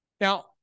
Now